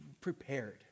prepared